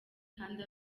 kandi